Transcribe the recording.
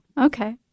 Okay